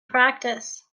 practice